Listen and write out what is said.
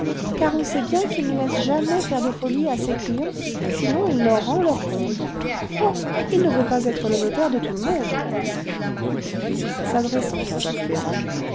car on sait bien qu'il ne laisse jamais faire de folies à ses clients sinon il leur rend leurs comptes oh il ne veut pas être le notaire de tout le monde puis s'adressant à jacques ferrand